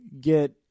get